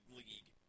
league